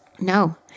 No